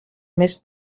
més